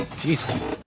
Jesus